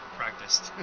practiced